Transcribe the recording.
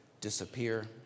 disappear